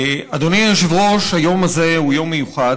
אדוני היושב-ראש, היום הזה הוא יום מיוחד.